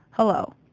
Hello